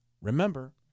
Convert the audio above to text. remember